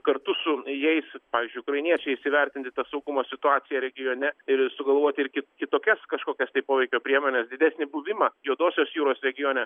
kartu su jais pavyzdžiui ukrainiečiais įvertinti tą saugumo situaciją regione ir sugalvoti ir ki kitokias kažkokias tai poveikio priemones didesnį buvimą juodosios jūros regione